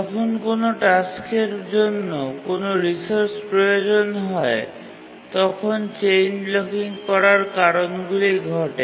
যখন কোনও টাস্কের জন্য কোনও রিসোর্স প্রয়োজন হয় তখন চেইন ব্লকিং করার কারণগুলি ঘটে